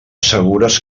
segures